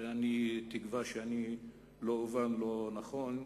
ואני תקווה שאני לא אובן לא נכון,